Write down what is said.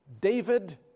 David